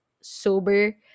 sober